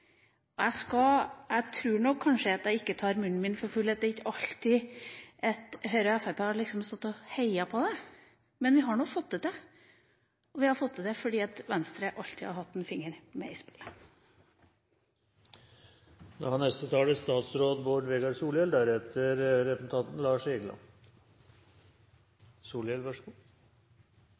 by. Jeg tror ikke jeg tar munnen for full når jeg sier at Høyre og Fremskrittspartiet ikke alltid har stått og heiet på det. Men vi har fått det til. Vi har fått det til fordi Venstre alltid har hatt en finger med i spillet. Først vil eg seie at det er